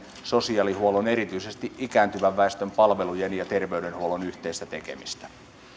sosiaalihuollon erityisesti ikääntyvän väestön palvelujen ja terveydenhuollon yhteistä tekemistä